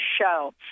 show